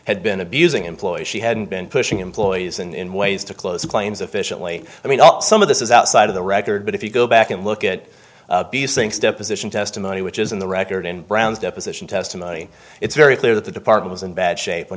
had been abusing employees she had been pushing employees in ways to close claims efficiently i mean some of this is outside of the record but if you go back and look at these things deposition testimony which is in the record in brown's deposition testimony it's very clear that the department is in bad shape when